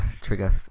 trigger